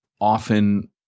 often